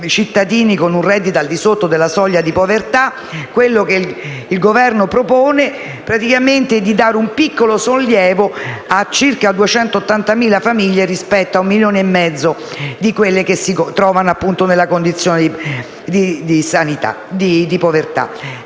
cittadini con un reddito al di sotto della soglia di povertà, il Governo propone praticamente di dare un piccolo sollievo a circa 280.000 famiglie, rispetto al milione e mezzo di famiglie che si trovano in una condizione di povertà.